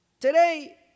Today